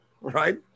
right